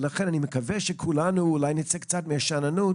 אני מקווה שכולנו נצא מהשאננות,